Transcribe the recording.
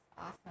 awesome